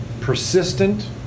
persistent